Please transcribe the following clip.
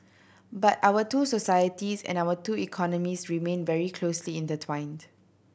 but our two societies and our two economies remained very closely intertwined